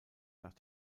nach